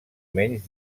menys